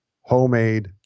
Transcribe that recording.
homemade